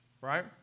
right